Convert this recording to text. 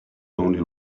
only